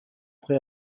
après